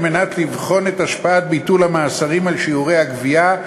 על מנת לבחון את השפעת ביטול המאסרים על שיעורי הגבייה,